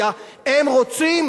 ביפו?